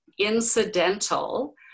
incidental